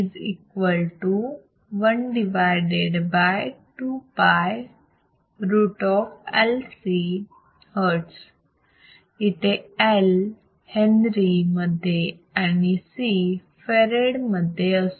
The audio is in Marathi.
इथे L हेंद्री मध्ये आणि C फेरेड मध्ये असतो